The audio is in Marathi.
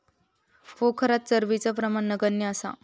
पोखरात चरबीचा प्रमाण नगण्य असा